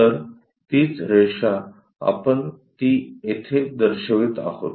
तर तीच रेषा आपण ती येथे दर्शवित आहोत